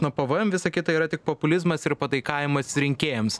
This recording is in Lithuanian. nuo pvjem visa kita yra tik populizmas ir pataikavimas rinkėjams